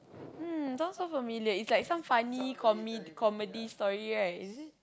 um sounds so familiar is like some funny come~ comedy story right is it